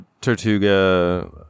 Tortuga